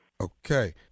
Okay